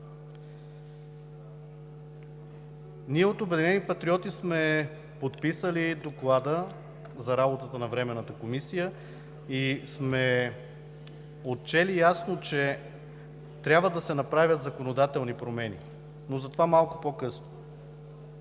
Ние от Обединени патриоти сме подписали Доклада за работата на Временната комисия и сме отчели ясно, че трябва да се направят законодателни промени, но за това малко по-късно.